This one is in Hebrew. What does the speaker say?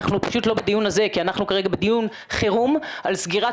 אנחנו פשוט לא בדיון הזה כי אנחנו כרגע בדיון חירום על סגירת